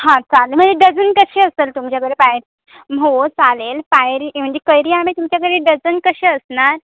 हां चालेल म्हणजे डझन कसे असंल तुमच्याकडे पाय हो चालेल पायरी म्हणजे कैरी आंबे तुमच्याकडे डझन कसे असणार